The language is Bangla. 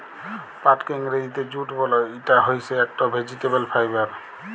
পাটকে ইংরজিতে জুট বল, ইটা হইসে একট ভেজিটেবল ফাইবার